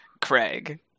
Craig